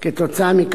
כתוצאה מכך,